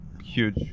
Huge